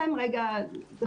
יש?